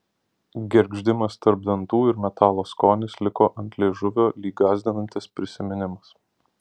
gergždimas tarp dantų ir metalo skonis liko ant liežuvio lyg gąsdinantis prisiminimas